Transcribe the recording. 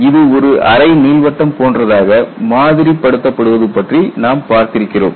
இது ஒரு அரை நீள்வட்டம் போன்றதாக மாதிரி படுத்தப் படுவது பற்றி நாம் பார்த்திருக்கிறோம்